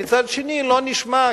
ומצד שני לא נשמע,